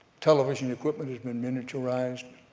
television equipment has been miniaturized,